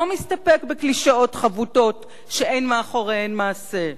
לא מסתפק בקלישאות חבוטות שאין מאחוריהן מעשה.